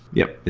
yup.